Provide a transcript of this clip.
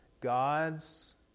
God's